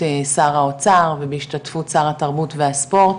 שר האוצר ובהשתתפות שר התרבות והספורט,